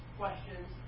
questions